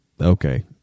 Okay